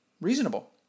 reasonable